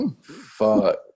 fuck